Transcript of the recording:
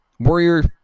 Warrior